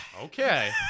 okay